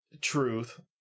truth